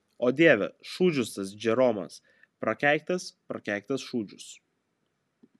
o dieve šūdžius tas džeromas prakeiktas prakeiktas šūdžius